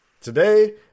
Today